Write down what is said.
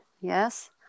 Yes